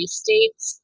states